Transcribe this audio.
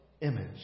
image